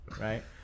right